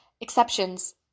exceptions